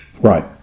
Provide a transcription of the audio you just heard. Right